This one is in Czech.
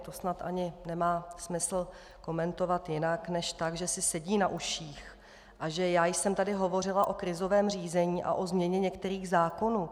To snad ani nemá smysl komentovat jinak než tak, že si sedí na uších a že já jsem tady hovořila o krizovém řízení a o změně některých zákonů.